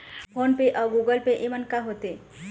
Phone पे अउ Google Pay येमन का होते?